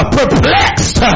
perplexed